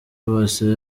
bose